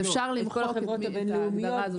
אפשר לומר חברות בינלאומיות,